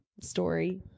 story